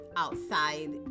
outside